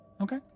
Okay